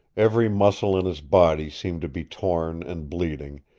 every muscle in his body seemed to be torn and bleeding,